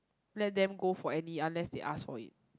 let them go for any unless they ask for it